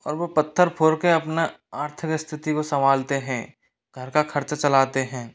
और वह पत्थर फोड़ कर अपना आर्थिक स्थिति को सम्भालते हैं घर का खर्च चलाते हैं